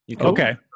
Okay